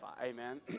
Amen